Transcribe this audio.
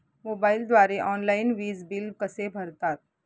मोबाईलद्वारे ऑनलाईन वीज बिल कसे भरतात?